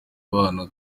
abana